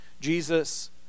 Jesus